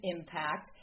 Impact